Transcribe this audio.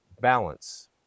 balance